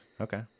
Okay